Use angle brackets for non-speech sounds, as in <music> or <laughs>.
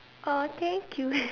!aww! thank you <laughs>